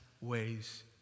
ways